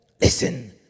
listen